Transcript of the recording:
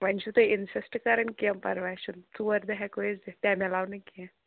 وۅنۍ چھِو تُہۍ اِنسِسٹ کَران کیٚنٛہہ پَرواے چھُنہٕ ژور دۅہ ہیٚکو أسۍ دِتھ تَمہِ علاوٕ نہَ کیٚنٛہہ